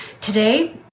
Today